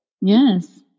Yes